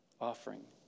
offering